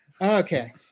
Okay